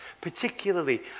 Particularly